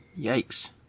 Yikes